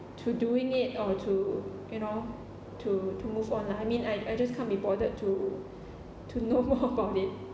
to doing it or to you know to to move on lah I mean I I just can't be bothered to to know more about it